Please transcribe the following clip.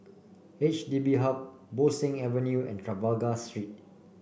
H D B Hub Bo Seng Avenue and Trafalgar Street